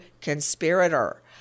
conspirator